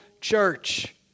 church